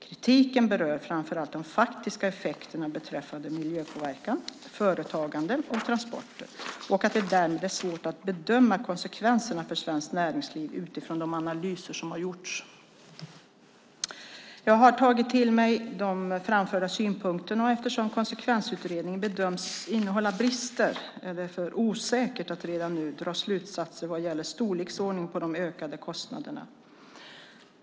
Kritiken berör framför allt de faktiska effekterna beträffande miljöpåverkan, företagande och transporter och att det därmed är svårt att bedöma konsekvenserna för svenskt näringsliv utifrån de analyser som har gjorts. Jag har tagit till mig de framförda synpunkterna, men eftersom konsekvensutredningen bedöms innehålla brister är det för osäkert att redan nu dra slutsatser vad gäller storleksordningen på de ökade kostnaderna.